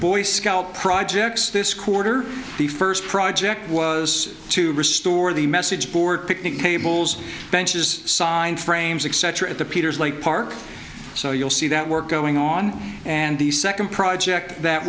boy scout projects this quarter the first project was to restore the message board picnic tables benches sign frames etc at the peters lake park so you'll see that work going on and the second project that